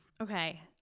Okay